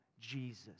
Jesus